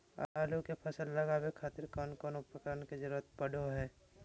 आलू के फसल लगावे खातिर कौन कौन उपकरण के जरूरत पढ़ो हाय?